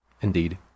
Indeed